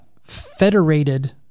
federated